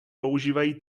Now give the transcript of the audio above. používají